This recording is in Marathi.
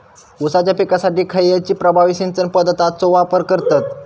ऊसाच्या पिकासाठी खैयची प्रभावी सिंचन पद्धताचो वापर करतत?